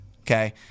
Okay